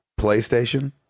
PlayStation